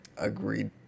Agreed